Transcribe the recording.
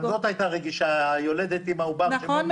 גם זאת הייתה רגישה, היולדת עם העובר שמת.